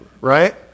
Right